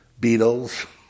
Beatles